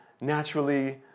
naturally